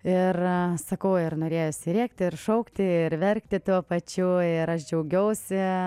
ir sakau ir norėjosi rėkti ir šaukti ir verkti tuo pačiu ir aš džiaugiausi